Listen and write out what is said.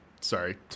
sorry